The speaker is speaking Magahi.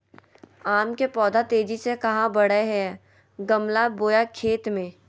आम के पौधा तेजी से कहा बढ़य हैय गमला बोया खेत मे?